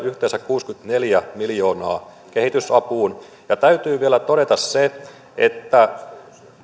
yhteensä kuusikymmentäneljä miljoonaa kehitysapuun ja täytyy vielä todeta se että kun